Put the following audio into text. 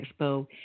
Expo